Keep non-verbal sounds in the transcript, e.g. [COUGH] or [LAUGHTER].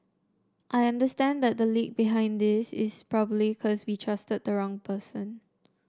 I understand that the leak behind this is probably [UNINTELLIGIBLE] be trusted the wrong person